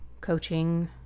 coaching